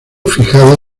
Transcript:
fijada